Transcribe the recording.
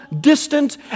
distant